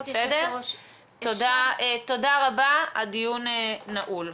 תודה רבה, הדיון נעול.